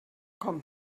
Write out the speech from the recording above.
komm